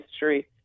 history